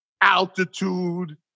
altitude